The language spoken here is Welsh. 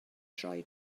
troi